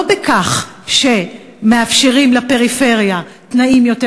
לא בכך שמאפשרים לפריפריה תנאים יותר